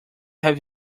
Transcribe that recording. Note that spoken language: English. have